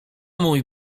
mój